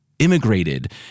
immigrated